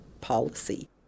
policy